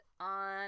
on